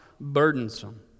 burdensome